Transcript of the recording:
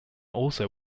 also